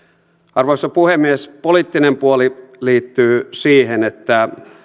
arvoisa puhemies poliittinen puoli liittyy siihen että